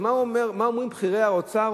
אז מה אומרים בכירי האוצר,